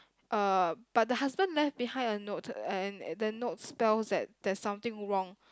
uh but the husband left behind a note and the note spells that there's something wrong